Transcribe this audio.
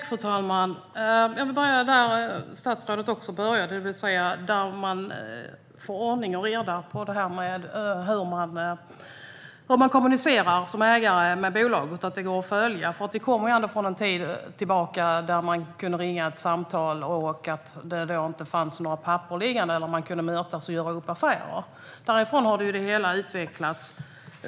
Fru talman! Jag börjar där statsrådet började, det vill säga med ordning och reda på hur ägare kommunicerar med bolagen och att det ska gå att följa. En tid tillbaka kunde man nämligen ringa ett samtal; då fanns det inga papper, men man kunde mötas och göra upp affärer. Därifrån har det hela utvecklats.